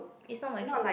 it's not my fault